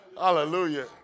hallelujah